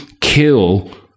kill